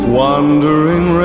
wandering